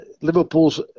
Liverpool's